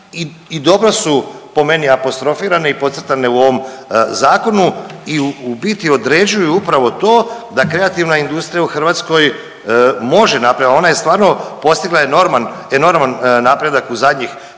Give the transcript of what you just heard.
dobro su po meni apostrofirane i podcrtane u ovom zakonu i u biti određuju upravo to da kreativna industrija u Hrvatskoj može napraviti, a ona je stvarno postigla enorman napredak u zadnjih